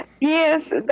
Yes